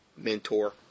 Mentor